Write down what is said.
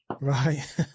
Right